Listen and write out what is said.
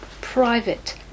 private